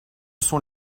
sont